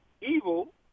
evil